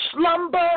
slumber